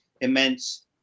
immense